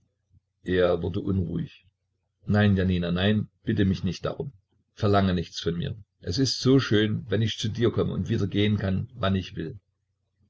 er wurde unruhig nein jania nein bitte mich nicht darum verlange nichts von mir es ist so schön wenn ich zu dir kommen und wieder gehen kann wann ich will